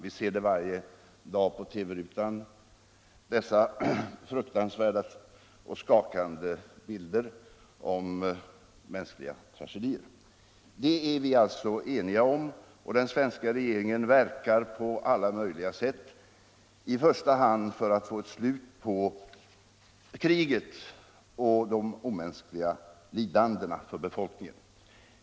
Vi ser varje dag på TV rutan dessa fruktansvärda och skakande bilder av mänskliga tragedier. Den svenska regeringen verkar på alla möjliga sätt, i första hand för att få ett slut på kriget och de omänskliga lidandena för befolkningen.